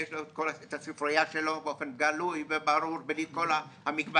את הספרייה שלו באופן גלוי וברור בלי כל המגבלות,